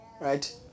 right